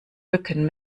mücken